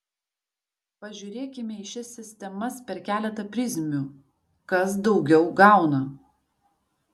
pažiūrėkime į šias sistemas per keletą prizmių kas daugiau gauna